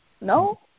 no